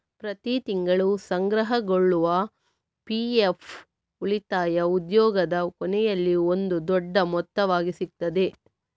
ಪ್ರತಿ ತಿಂಗಳು ಸಂಗ್ರಹಗೊಳ್ಳುವ ಪಿ.ಎಫ್ ಉಳಿತಾಯ ಉದ್ಯೋಗದ ಕೊನೆಯಲ್ಲಿ ಒಂದು ದೊಡ್ಡ ಮೊತ್ತವಾಗಿ ಸಿಗ್ತದೆ